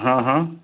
हँ हँ